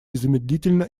незамедлительно